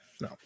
no